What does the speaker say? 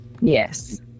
yes